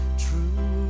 true